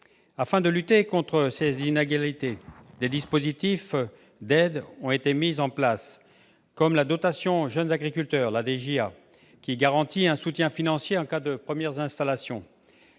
Afin de lutter contre ces inégalités, des dispositifs d'aide ont été mis en place, comme la dotation jeunes agriculteurs, la DJA, qui garantit un soutien financier en cas de première installation.